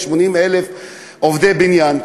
280,000 עובדי בניין,